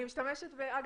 אגב,